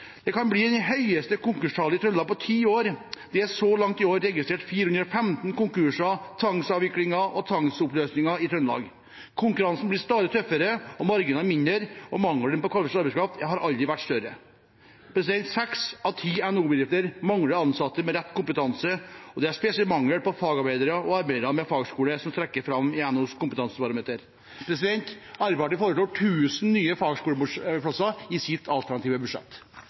2019 kan få det høyeste konkurstallet i Trøndelag på ti år – det er så langt i år registrert 415 konkurser, tvangsavviklinger og tvangsoppløsninger i Trøndelag. Konkurransen blir stadig tøffere og marginene mindre, og mangelen på kvalifisert arbeidskraft har aldri vært større. Seks av ti NHO-bedrifter mangler ansatte med rett kompetanse, og det er spesielt mangel på fagarbeidere og arbeidere med fagskole som trekkes fram i NHOs kompetansebarometer. Arbeiderpartiet foreslår 1 000 nye fagskoleplasser i sitt alternative budsjett.